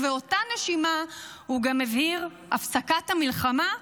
ובאותה נשימה הוא גם הבהיר: "הפסקת המלחמה?